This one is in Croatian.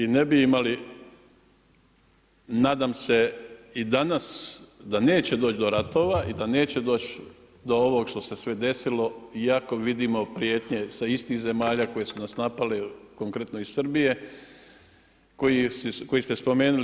I ne bi imali nadam se i danas da neće doći do ratova i da neće doći do ovog što se sve desilo iako vidimo prijetnje istih zemalja koje su nas napale konkretno i Srbije koji ste spomenuli.